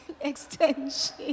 extension